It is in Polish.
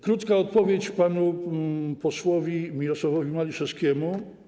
Krótko odpowiem panu posłowi Mirosławowi Maliszewskiemu.